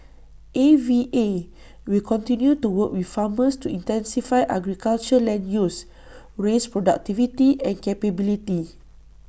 A V A will continue to work with farmers to intensify agriculture land use raise productivity and capability